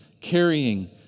carrying